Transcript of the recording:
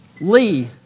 Lee